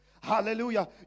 Hallelujah